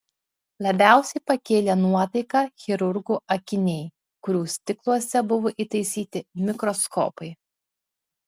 labiausiai pakėlė nuotaiką chirurgų akiniai kurių stikluose buvo įtaisyti mikroskopai